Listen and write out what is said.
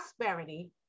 prosperity